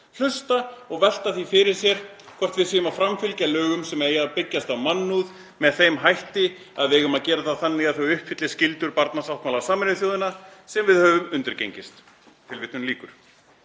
hlusta og velta því fyrir sér hvort við séum að framfylgja lögum sem eiga að byggjast á mannúð með þeim hætti sem við eigum að gera þannig að þau uppfylli skyldur barnasáttmála Sameinuðu þjóðanna sem við höfum undirgengist. Það er